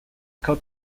coat